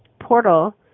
portal